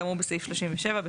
כאמור בסעיף 37,